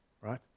Right